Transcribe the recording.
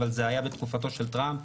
אבל זה היה בתקופתו של טראמפ,